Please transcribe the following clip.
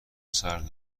سرد